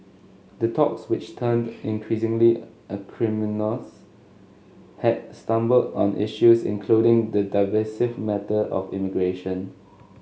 the talks which turned increasingly acrimonious had stumbled on issues including the divisive matter of immigration